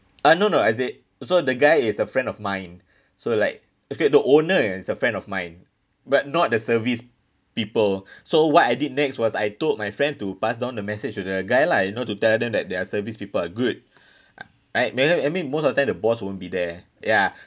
ah no no as in so the guy is a friend of mine so like okay the owner is a friend of mine but not the service people so what I did next was I told my friend to pass down the message to the guy lah you know to tell them that their service people are good I maybe I mean most of the time the boss won't be there ya